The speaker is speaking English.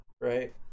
right